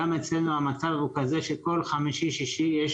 גם אצלנו המצב הוא כזה שכל חמישי שישי יש